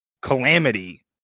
calamity